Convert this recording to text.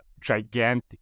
gigantic